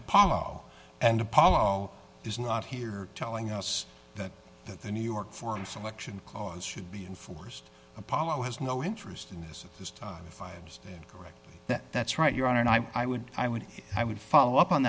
apollo and apollo is not here telling us that that the new york form selection cause should be enforced apollo has no interest in this at this time of fives correct that that's right your honor and i would i would i would follow up on